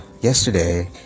yesterday